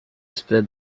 spread